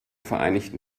vereinigten